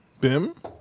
Bim